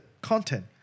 content